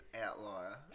outlier